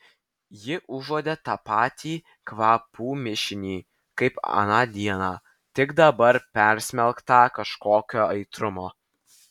ji užuodė tą patį kvapų mišinį kaip aną dieną tik dabar persmelktą kažkokio aitrumo